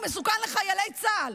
הוא מסוכן לחיילי צה"ל.